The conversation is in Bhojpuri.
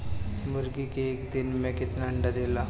मुर्गी एक दिन मे कितना अंडा देला?